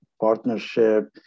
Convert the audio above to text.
partnership